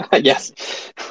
yes